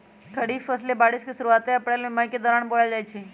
खरीफ फसलें बारिश के शुरूवात में अप्रैल मई के दौरान बोयल जाई छई